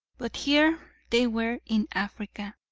but here they were in africa,